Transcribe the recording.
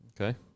Okay